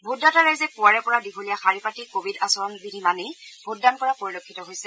ভোটদাতা ৰাইজে পুৱাৰে পৰা দীঘলীয়া শাৰী পাতি কোৱিড আচৰণ বিধি মানি ভোটদান কৰা পৰিলক্ষিত হৈছে